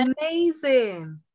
amazing